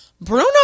Bruno